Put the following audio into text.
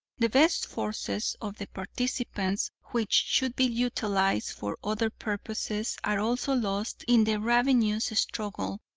the best forces of the participants, which should be utilized for other purposes are also lost in the ravenous struggle,